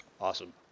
Awesome